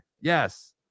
Yes